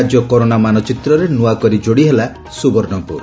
ରାଜ୍ୟ କରୋନା ମାନଚିତ୍ରରେ ନ୍ଆକରି ଯୋଡ଼ି ହେଲା ସୁବର୍ଣ୍ପୁର